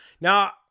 Now